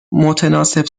متناسب